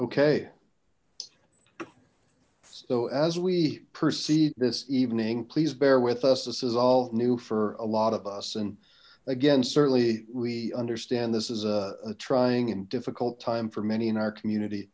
okay so as we proceed this evening please bear with us this is all new for a lot of us and again certainly we understand this is a trying and difficult time for many in our community